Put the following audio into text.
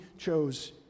chose